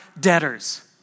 debtors